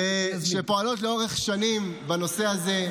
-- שפועלות לאורך שנים בנושא הזה,